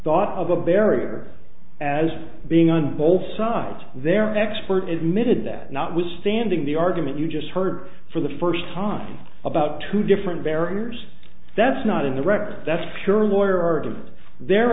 thought of a barrier as being on both sides their expert admitted that notwithstanding the argument you just heard for the first time about two different barriers that's not in the record that's surely oyur of their